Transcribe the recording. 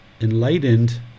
enlightened